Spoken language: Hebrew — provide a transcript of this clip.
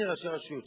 הנה ראשי הרשויות,